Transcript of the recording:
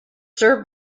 served